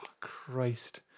Christ